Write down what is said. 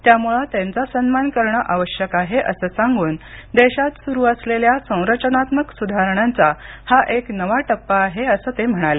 त्यामुळे त्यांचा सन्मान करण आवश्यक आहे असं सांगून देशात सुरू असलेल्या संरचनात्मक सुधारणांचा हा एक नवा टप्पा आहे असं ते म्हणाले